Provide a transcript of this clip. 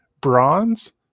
bronze